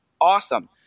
Awesome